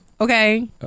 Okay